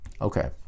Okay